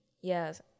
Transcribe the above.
Yes